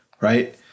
right